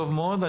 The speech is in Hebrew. טוב מאוד.